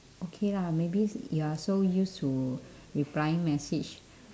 okay lah maybe s~ you are so used to replying message